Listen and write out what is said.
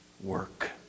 work